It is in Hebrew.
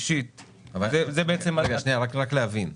רק להבין,